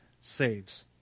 saves